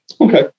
Okay